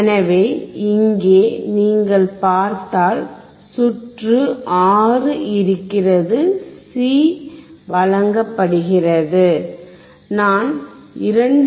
எனவே இங்கே நீங்கள் பார்த்தால் சுற்று R இருக்கிறது சி வழங்கப்படுகிறது நான் 2